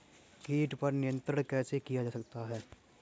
कीट पर नियंत्रण कैसे किया जा सकता है?